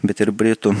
bet ir britų